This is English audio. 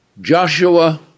Joshua